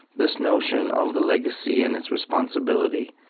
this notion of the legacy and its responsibility.